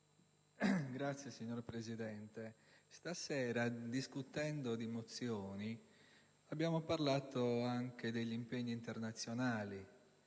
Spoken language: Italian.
*(PD)*. Signor Presidente, stasera discutendo di mozioni abbiamo parlato anche degli impegni internazionali;